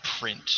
print